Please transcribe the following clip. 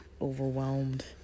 overwhelmed